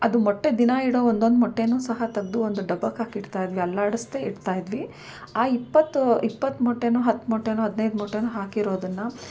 ಅದು ಮೊಟ್ಟೆ ದಿನಾ ಇಡೋ ಒಂದೊಂದು ಮೊಟ್ಟೆ ಸಹ ತೆಗ್ದು ಒಂದು ಡಬ್ಬಕ್ಕೆ ಹಾಕಿಡ್ತಾಯಿದ್ವಿ ಅಲ್ಲಾಡಿಸ್ದೇ ಇಡ್ತಾಯಿದ್ವಿ ಆ ಇಪ್ಪತ್ತು ಇಪ್ಪತ್ತು ಮೊಟ್ಟೆ ಹತ್ತು ಮೊಟ್ಟೆ ಹದಿನೈದು ಮೊಟ್ಟೆ ಹಾಕಿರೋದನ್ನು